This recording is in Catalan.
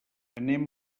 anem